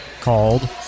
called